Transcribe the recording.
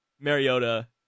Mariota